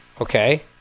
Okay